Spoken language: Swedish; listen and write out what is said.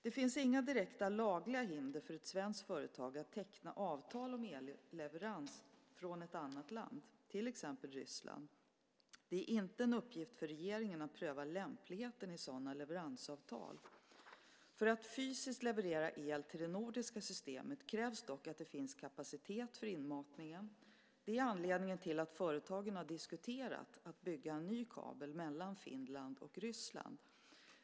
Det finns inga direkta lagliga hinder för ett svenskt företag att teckna avtal om elleverans från annat land, till exempel Ryssland. Det är inte en uppgift för regeringen att pröva lämpligheten i sådana leveransavtal. För att fysiskt leverera el till det nordiska systemet krävs dock att det finns kapacitet för inmatningen. Det är anledningen till att företagen har diskuterat att bygga en ny kabel mellan Finland och Ryssland.